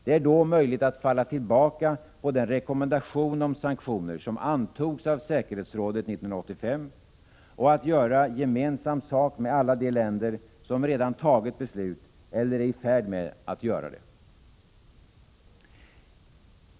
Det är då möjligt att falla tillbaka på den rekommendation om sanktioner som antogs av säkerhetsrådet 1985 och att göra gemensam sak med alla de länder som redan har fattat beslut eller är i färd med att göra det.